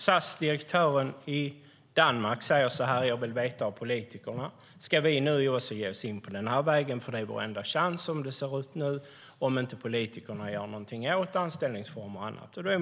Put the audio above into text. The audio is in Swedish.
SAS direktör i Danmark säger att han vill veta av politikerna om SAS också ska ge sig in på denna väg, för det är deras enda chans som det ser ut nu om inte politikerna gör något åt anställningsformer och annat.